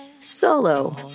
solo